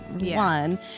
One